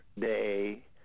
day